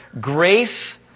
Grace